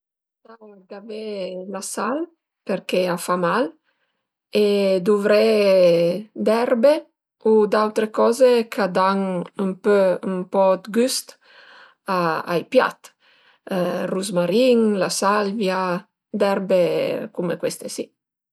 Ëntà gavé la sal perché a fa mal e duvré d'erbe u d'autre coze ch'a dan ën pö ën po 'd güst ai piat, ruzmarin, la salvia, d'erbe cume cueste si